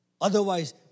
Otherwise